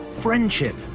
Friendship